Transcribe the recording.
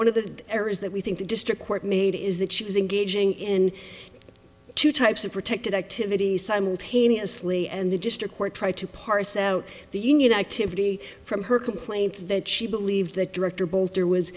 one of the areas that we think the district court made is that she was engaging in two types of protected activities simultaneously and the district court try to parse out the union activity from her complaint that she believed the director both or was